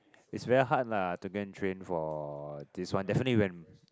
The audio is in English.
it's very hard lah to go and train for this one definitely when